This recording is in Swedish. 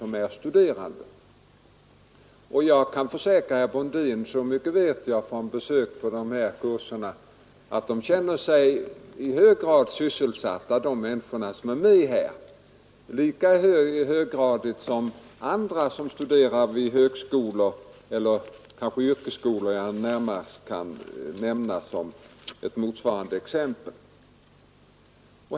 Men jag kan försäkra herr Brundin — så mycket vet jag på grund av besök vid de här kurserna — att de människor som är med i AMS:s kurser känner sig i lika hög grad sysselsatta som andra som studerar vid högskolor eller jag kanske närmast skall nämna yrkesskolorna som ett motsvarande exempel.